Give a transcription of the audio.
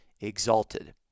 exalted